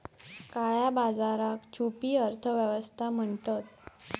काळया बाजाराक छुपी अर्थ व्यवस्था म्हणतत